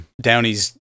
downey's